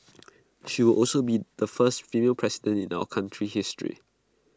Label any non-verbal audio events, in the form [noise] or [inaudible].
[noise] she will also be the first female president in our country's history